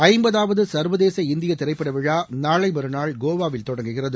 ஐம்பதாவது சர்வதேச இந்திய திரைப்பட விழா நாளை மறுநாள் கோவாவில் தொடங்குகிறது